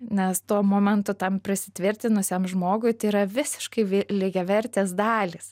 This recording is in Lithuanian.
nes tuo momentu tam prisitvirtinusiam žmogui tai yra visiškai vi lygiavertės dalys